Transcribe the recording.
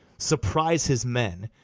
surprise his men,